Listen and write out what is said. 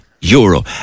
euro